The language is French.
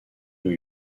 new